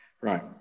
Right